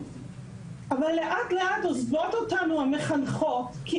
אבל לאט לאט עוזבות אותנו המחנכות כי